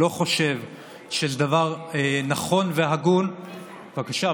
לא חושב שזה דבר נכון והגון ------ בבקשה,